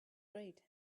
great